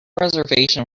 reservation